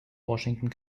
washington